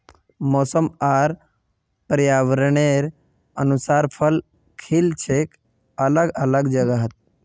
मौसम र पर्यावरनेर अनुसार फूल खिल छेक अलग अलग जगहत